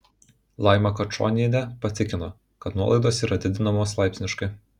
laima kačonienė patikino kad nuolaidos yra didinamos laipsniškai